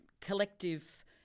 collective